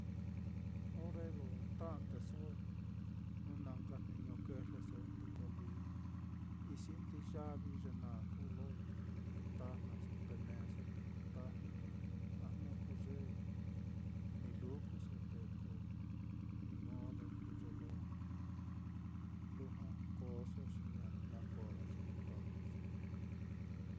Ore lo ta'ndeso, jnu na nka jniñi kɨjleso te ko lí isindi yavi ye naá kuu lo ku tajnaso, te neeso te kutajna, a jnu ko ye ni lukuso te ko ni modo kuu ye lo lujua kooso xi ña kue'a ye kutajnaso.